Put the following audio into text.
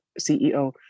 CEO